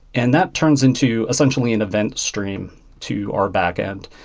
and that turns into essentially an event stream to our backend.